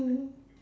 mm